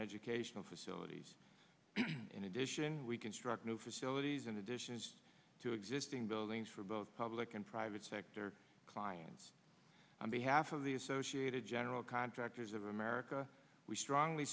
educational facilities in addition we construct new facilities in addition to exist buildings for both public and private sector clients on behalf of the associated general contractors of america we strongly